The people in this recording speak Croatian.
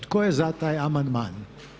Tko je za taj amandman?